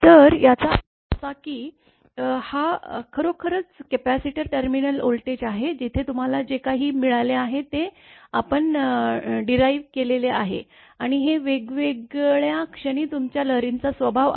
तर याचा अर्थ असा की हा खरोखरच कपॅसिटर टर्मिनल व्होल्टेज आहे जिथे तुम्हाला जे काही मिळाले आहे ते आपण डीराईव केलेले आहे आणि हे वेगवेगळ्या क्षणी तुमच्या लहरींचा स्वभाव आहे